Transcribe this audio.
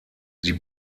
sie